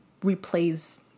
replays